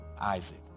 Isaac